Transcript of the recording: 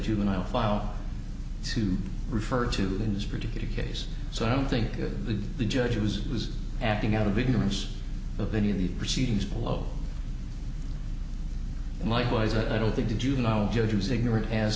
juvenile file to refer to in this particular case so i don't think the judge was acting out of ignorance of any of the proceedings below and likewise i don't think the juvenile judge was ignor